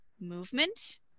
movement